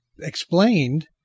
explained